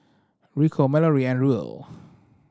Rico Malorie and Ruel